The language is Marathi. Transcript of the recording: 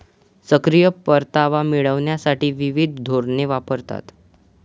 सक्रिय परतावा मिळविण्यासाठी विविध धोरणे वापरतात